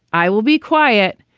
i will be quiet.